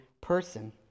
person